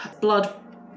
blood